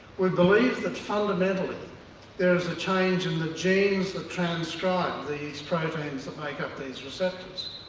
we believe that fundamentally there is a change in the genes that transcribe these proteins that make up these receptors,